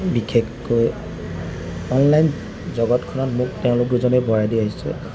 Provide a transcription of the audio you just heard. বিশেষকৈ অনলাইন জগতখনত মোক তেওঁলোক দুজনেই পহৰা দি আহিছে